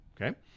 okay